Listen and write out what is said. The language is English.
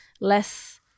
less